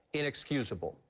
inexcusable.